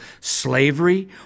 slavery